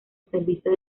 servicio